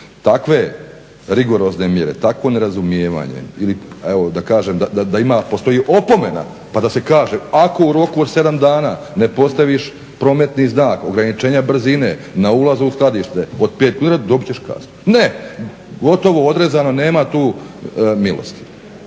Takve rigorozne mjere, tako nerazumijevanje ili evo da kažem da postoji opomena pa da se kaže ako u roku od 7 dana ne postaviš prometni znak ograničenja brzine na ulazu u skladište od 5 …/Ne razumije se./… dobit ćeš kaznu. Ne, gotovo, odrezano, nema tu milosti.